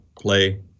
play